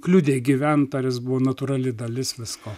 kliudė gyvent ar jis buvo natūrali dalis visko